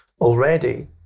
already